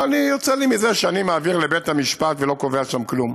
מה יוצא לי מזה שאני מעביר לבית המשפט ולא קובע שם כלום?